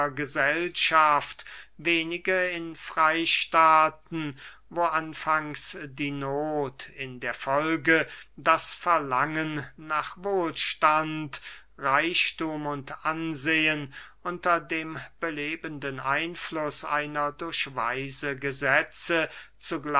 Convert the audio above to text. gesellschaft wenige in freystaaten wo anfangs die noth in der folge das verlangen nach wohlstand reichthum und ansehen unter dem belebenden einfluß einer durch weise gesetze